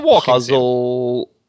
puzzle